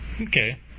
Okay